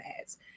ads